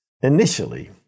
initially